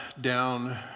down